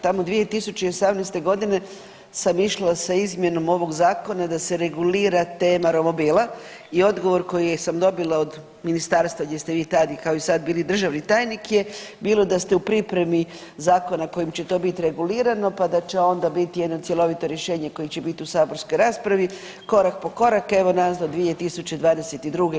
Tamo 2018. g. sam išla sa izmjenom ovog Zakona da se regulira tema romobila i odgovor koji sam dobila od ministarstva gdje ste vi tad kao i sad bili državni tajnik je bilo da ste u pripremi zakona kojim će to biti regulirano pa da će onda biti jedno cjelovito rješenje koje će biti u saborskoj raspravi korak po korak evo nas do 2022.